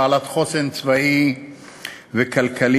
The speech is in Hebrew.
בעלת חוסן צבאי וכלכלי,